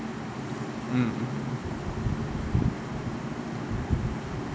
mm